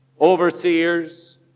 overseers